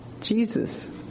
Jesus